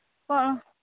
କ'ଣ